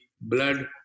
blood